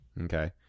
Okay